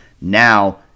Now